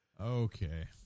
Okay